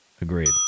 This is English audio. Agreed